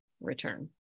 return